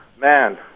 Man